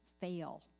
fail